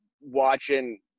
watching